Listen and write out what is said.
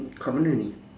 kat mana ni